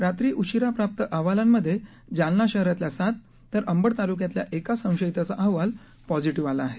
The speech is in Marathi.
रात्री उशिरा प्राप्त अहवालांमध्ये जालना शहरातल्या सात तर अंबड तालुक्यातल्या एका संशयितांचा अहवाल पॉझिटिव्ह आला आहे